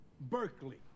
Berkeley